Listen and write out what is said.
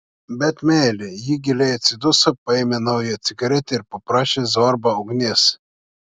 bet meilė ji giliai atsiduso paėmė naują cigaretę ir paprašė zorbą ugnies